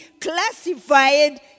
classified